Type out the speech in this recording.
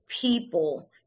people